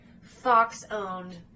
Fox-owned